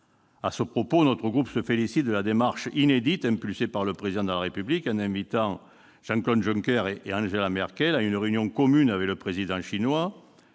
À ce propos, notre groupe se félicite de la démarche inédite qu'a engagée le Président de la République en invitant Jean-Claude Juncker et Angela Merkel à une réunion commune avec le Président chinois.